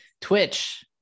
Twitch